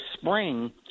spring